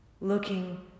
looking